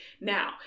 now